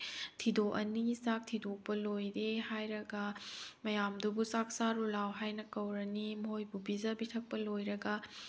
ꯊꯤꯗꯣꯛꯑꯅꯤ ꯆꯥꯛ ꯊꯤꯗꯣꯛꯄ ꯂꯣꯏꯔꯦ ꯍꯥꯏꯔꯒ ꯃꯌꯥꯝꯗꯨꯕꯨ ꯆꯥꯛ ꯆꯥꯔꯨ ꯂꯥꯎ ꯍꯥꯏꯅ ꯀꯧꯔꯅꯤ ꯃꯣꯏꯕꯨ ꯄꯤꯖ ꯄꯤꯊꯛꯄ ꯂꯣꯏꯔꯒ